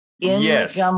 Yes